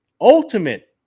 ultimate